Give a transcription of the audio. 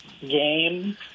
game